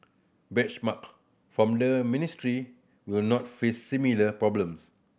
benchmark from the ministry will not face similar problems